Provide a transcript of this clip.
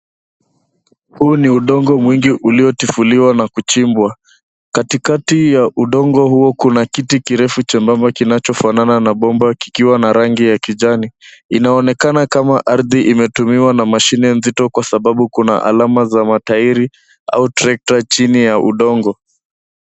Huu ni udongo mwigi uliotifuliwa na kuchimbwa. Katikati ya udongo huo kuna kitu kirefu chembamba kinachofanana na bomba kikiwa na rangi ya kijani, inaonekana kama ardhi imetumiwa na mashine nzito kwa sababu kuna alama za matairi au trekta chini ya udongo.